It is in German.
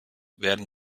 werden